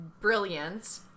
brilliant